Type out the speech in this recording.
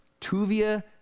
Tuvia